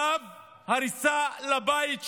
צו הריסה לבית שלו,